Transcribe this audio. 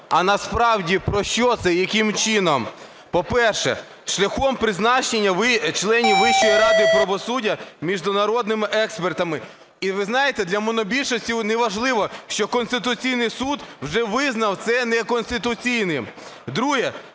а насправді про що це, яким чином? По-перше, шляхом призначення членів Вищої ради правосуддя міжнародними експертами. І, ви знаєте, для монобільшості неважливо, що Конституційний Суд вже визнав це неконституційним. Друге